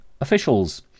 officials